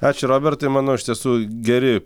ačiū robertai manau iš tiesų geri